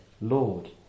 Lord